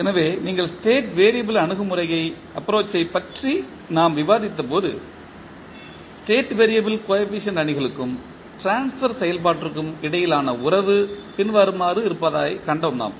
எனவே நீங்கள் state variable அணுகுமுறையைப் பற்றி நாம் விவாதித்தபோது ஸ்டேட் வேரியபிள் கோஎபிசியன்ட் அணிகளுக்கும் ட்ரான்ஸ்பர் செயல்பாட்டிற்கும் இடையிலான உறவு பின்வருமாறு இருப்பதைக் கண்டோம்